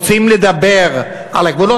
רוצים לדבר על הגבולות?